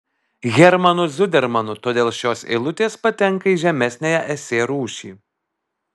hermanu zudermanu todėl šios eilutės patenka į žemesniąją esė rūšį